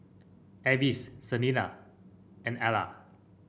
Avis Selina and Ila